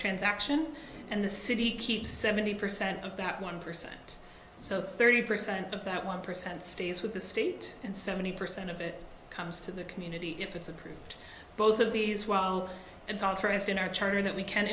transaction and the city keeps seventy percent of that one percent so thirty percent of that one percent stays with the state and seventy percent of it comes to the community if it's approved both of these well it's authorized in our charter that we can